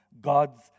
God's